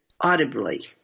audibly